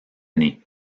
née